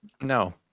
No